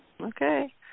okay